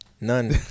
None